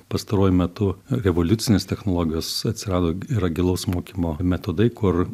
pastaruoju metu revoliucinės technologijos atsirado yra gilaus mokymo metodai kur